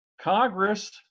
Congress